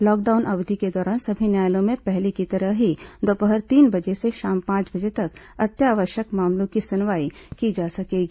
lockdown अवधि के दौरान सभी न्यायालयों में पहले की तरह ही दोपहर तीन बजे से शाम पांच बजे तक अत्यावश्यक मामलों की सुनवाई की जा सकेगी